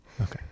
okay